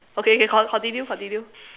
okay okay con~ continue continue